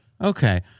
Okay